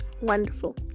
wonderful